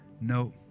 No